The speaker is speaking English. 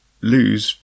lose